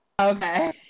Okay